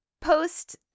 Post